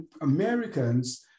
Americans